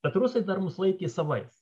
bet rusai dar mus laikė savais